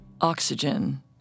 Oxygen